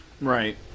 Right